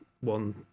one